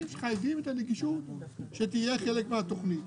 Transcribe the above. שחייבים את הנגישות שתהיה חלק מן התוכנית?